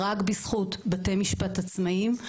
רק בזכות בתי משפט עצמאיים,